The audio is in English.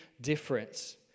difference